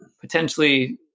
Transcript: potentially